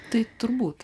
tai turbūt